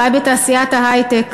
אולי בתעשיית ההיי-טק.